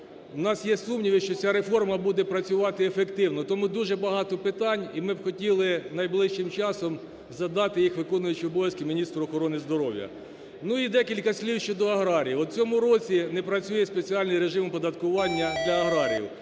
в нас є сумніви, що ця реформа буде працювати ефективно. Тому дуже багато питань і ми б хотіли найближчим часом задати їх виконую чому обов'язки міністра охорони здоров'я. Ну, і декілька слів щодо аграріїв, от в цьому році не працює спеціальний режим оподаткування для аграріїв,